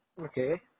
Okay